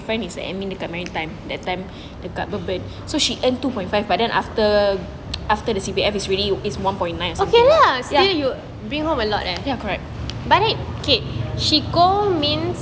friend is admin dekat maritime that time dekat bourbon so she earn two point five but then after after the C_P_F is ready is one point nine ya correct